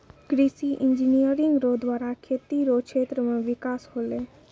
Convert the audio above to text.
कृषि इंजीनियरिंग रो द्वारा खेती रो क्षेत्र मे बिकास होलै